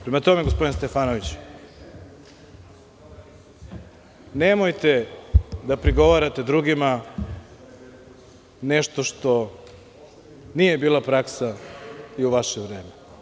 Prema tome, gospodine Stefanoviću, nemojte da prigovarate drugima nešto što nije bila praksa i u vaše vreme.